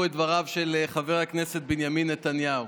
את דבריו של חבר הכנסת בנימין נתניהו.